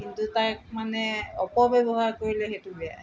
কিন্তু তাক মানে অপব্যৱহাৰ কৰিলে সেইটো বেয়াই